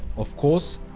of course,